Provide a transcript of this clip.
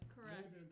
Correct